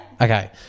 Okay